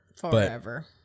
forever